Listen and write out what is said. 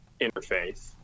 interface